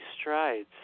strides